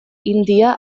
hindia